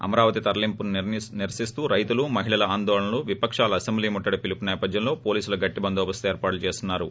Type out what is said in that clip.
అమరావతి తరలింపును నిరసిస్తూ రైతులు మహిళల ఆందోళన విపకాల అసెంబ్లీ ముట్టడి పిలుపు నేపథ్యంలో పోలీసులు గట్టి బందోబస్తు ఏర్పాట్లు చేస్తున్నారు